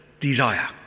desire